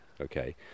Okay